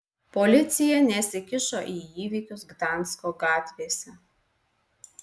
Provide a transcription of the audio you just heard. policija nesikišo į įvykius gdansko gatvėse